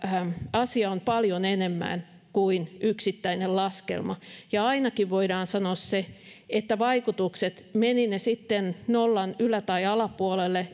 asia on paljon enemmän kuin yksittäinen laskelma ja ainakin voidaan sanoa se että vaikutukset menivät ne sitten nollan ylä tai alapuolelle